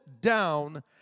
down